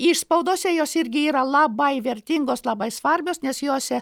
išspaudose jos irgi yra labai vertingos labai svarbios nes jose